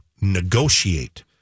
negotiate